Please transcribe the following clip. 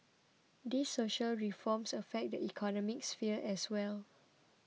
these social reforms affect the economic sphere as well